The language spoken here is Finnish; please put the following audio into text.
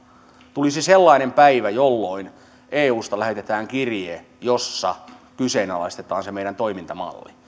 tulisi sellainen päivä jolloin eusta lähetetään kirje jossa kyseenalaistetaan se meidän toimintamalli